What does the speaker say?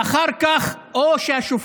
ואחר כך השופט